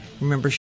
remember